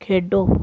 ਖੇਡੋ